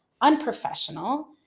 unprofessional